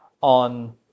on